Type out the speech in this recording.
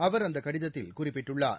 அவர் அந்த கடிதத்தில் குறிப்பிட்டுள்ளார்